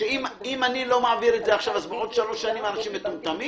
שאם אני לא מעביר את זה עכשיו אז בעוד שלוש שנים אנשים מטומטמים?